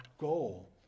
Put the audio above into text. goal